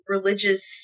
religious